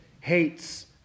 hates